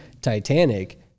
Titanic